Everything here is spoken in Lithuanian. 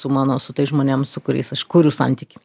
su mano su tais žmonėm su kuriais aš kuriu santykį